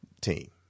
team